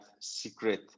secret